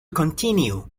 continue